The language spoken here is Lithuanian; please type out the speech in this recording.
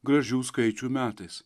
gražių skaičių metais